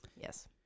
Yes